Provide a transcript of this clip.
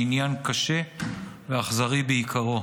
היא עניין קשה ואכזרי בעיקרו,